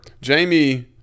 Jamie